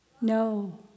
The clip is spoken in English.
No